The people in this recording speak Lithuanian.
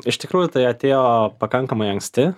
iš tikrųjų tai atėjo pakankamai anksti